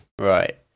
right